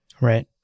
right